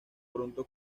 pronto